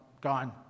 gone